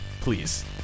Please